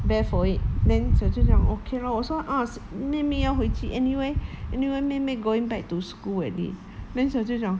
bare for it then 小舅讲 okay lor 我说 a'ah 妹妹要回去 anyway anyway 妹妹 going back to school already then 小舅讲